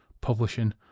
publishing